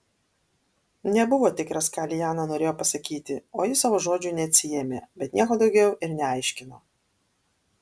nebuvo tikras ką liana norėjo pasakyti o ji savo žodžių neatsiėmė bet nieko daugiau ir neaiškino